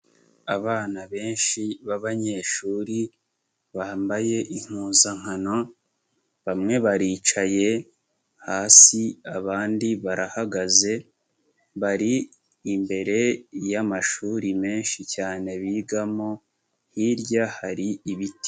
Abana benshi b'abanyeshuri bambaye impuzankano, bamwe baricaye hasi abandi barahagaze, bari imbere yamashuri menshi cyane bigamo, hirya hari ibiti.